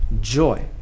joy